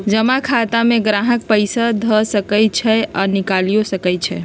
जमा खता में गाहक पइसा ध सकइ छइ आऽ निकालियो सकइ छै